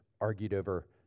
argued-over